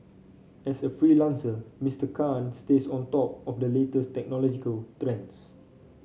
as a freelancer Mister Khan stays on top of the latest technological trends